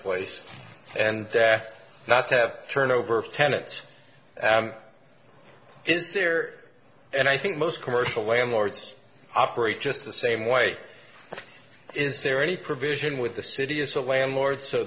place and not have turnover of tenants is there and i think most commercial landlords operate just the same way is there any provision with the city as a landlord so